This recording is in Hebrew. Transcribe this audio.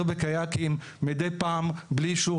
חותר בקיאקים מידי פעם בלי אישור.